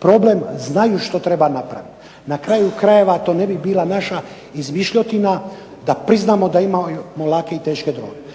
problem znaju što treba napraviti. Na kraju krajeva to ne bi bila naša izmišljotina da priznamo da imamo lake i teške droge.